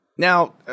Now